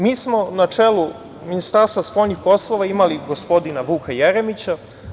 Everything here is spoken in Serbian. Mi smo na čelu Ministarstva spoljnih poslova imali gospodina Vuka Jeremića.